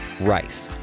Rice